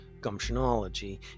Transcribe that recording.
Gumptionology